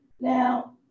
Now